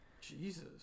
Jesus